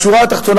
בשורה התחתונה,